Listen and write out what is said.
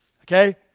Okay